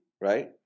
Right